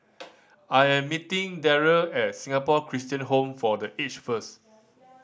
I am meeting Darryll at Singapore Christian Home for The Aged first